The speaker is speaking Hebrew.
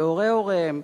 והורי הוריהם,